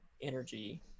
energy